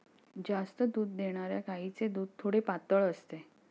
जास्त दूध देणाऱ्या गायीचे दूध थोडे पातळ असते